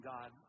God